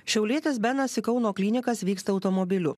šiaulietis benas į kauno klinikas vyksta automobiliu